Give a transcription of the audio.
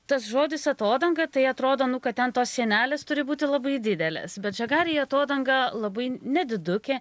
tas žodis atodanga tai atrodo nu kad ten tos sienelės turi būti labai didelės bet žagarėje atodanga labai nedidukė